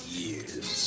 years